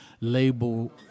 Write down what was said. label